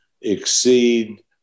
exceed